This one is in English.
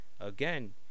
again